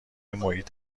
محیط